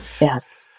Yes